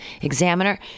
Examiner